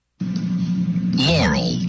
Laurel